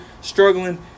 struggling